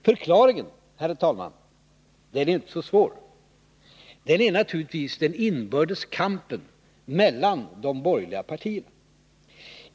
Förklaringen, herr talman, är inte så svår att finna. Den är naturligtvis den inbördes kampen mellan de borgerliga partierna.